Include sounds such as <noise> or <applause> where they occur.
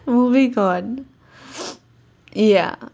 movie gone <breath> ya